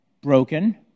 broken